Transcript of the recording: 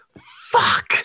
Fuck